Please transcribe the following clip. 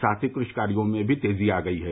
साथ ही कृषि कार्यो में भी तेजी आ गयी है